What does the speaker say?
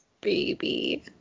Baby